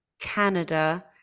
Canada